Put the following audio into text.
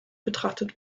betrachtet